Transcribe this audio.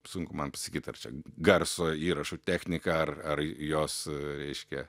sunku man pasakyt ar čia garso įrašų techniką ar ar jos reiškia